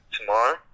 Tomorrow